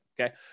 okay